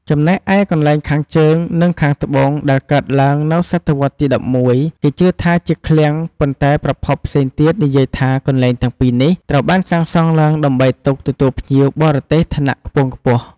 ចំណែកឯកន្លែងខាងជើង និងខាងត្បូងដែលកើតឡើងនៅសតវត្សរ៍ទី១១ គេជឿថាជាឃ្លាំង ប៉ុន្តែប្រភពផ្សេងទៀតនិយាយថាកន្លែងទាំងពីរនេះត្រូវបានសាងសង់ឡើងដើម្បីទុកទទួលភ្ញៀវបរទេសឋានៈខ្ពង់ខ្ពស់។